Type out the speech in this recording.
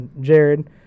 Jared